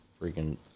freaking